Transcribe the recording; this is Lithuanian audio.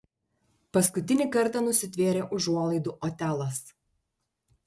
paskutinį kartą nusitvėrė užuolaidų otelas